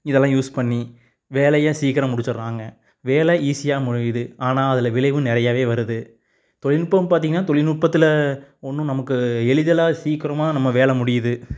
இதெல்லாம் யூஸ் பண்ணி வேலையை சீக்கிரம் முடிச்சுடுறாங்க வேலை ஈஸியாக முடியுது ஆனால் அதில் விளைவும் நிறையாவே வருது தொழில்நுட்பம் பார்த்தீங்கனா தொழில்நுட்பத்தில் ஒன்றும் நமக்கு எளிதில் சீக்கிரமாக நம்ம வேலை முடியுது